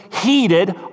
heated